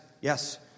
yes